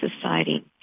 society